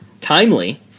timely